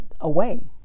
away